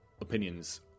opinions